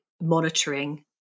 monitoring